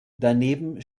daneben